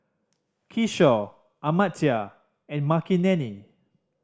Kishore Amartya and Makineni